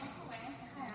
עוד כמה זמן את פה, אני שואל?